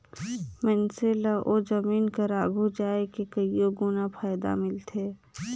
मइनसे ल ओ जमीन कर आघु जाए के कइयो गुना फएदा मिलथे